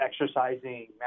exercising